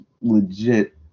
legit